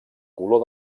color